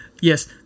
Yes